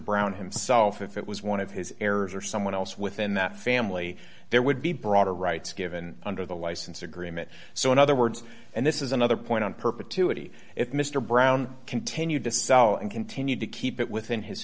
brown himself if it was one of his errors or someone else within that family there would be broader rights given under the license agreement so in other words and this is another point in perpetuity if mr brown continued to sell and continued to keep it within his